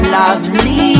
lovely